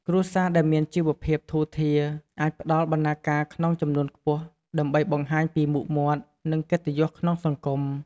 គ្រួសារដែលមានជីវភាពធូរធារអាចផ្តល់បណ្ណាការក្នុងចំនួនខ្ពស់ ដើម្បីបង្ហាញពីមុខមាត់ និងកិត្តិយសក្នុងសង្គម។